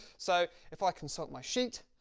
so if i consult my sheet,